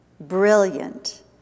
brilliant